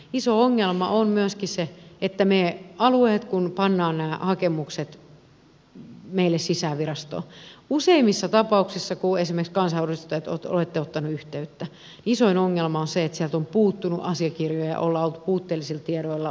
iso ongelma on myöskin se että kun pannaan nämä hakemukset meille sisään virastoon niin useimmissa tapauksissa kun esimerkiksi kansanedustajat olette ottaneet yhteyttä isoin ongelma on se että sieltä on puuttunut asiakirjoja ja on oltu puutteellisilla tiedoilla mukana